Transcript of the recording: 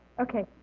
Okay